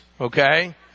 okay